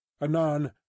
Anon